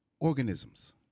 Organisms